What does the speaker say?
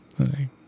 Okay